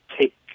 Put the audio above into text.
take